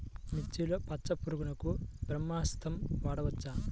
మిర్చిలో పచ్చ పురుగునకు బ్రహ్మాస్త్రం వాడవచ్చా?